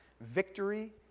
victory